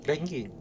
banking